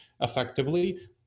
effectively